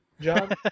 John